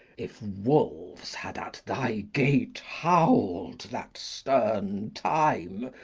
if wolves had at thy gate howl'd that stern time,